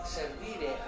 servire